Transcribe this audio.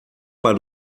para